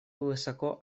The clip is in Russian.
высоко